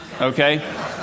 okay